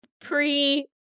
pre